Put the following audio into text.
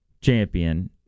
champion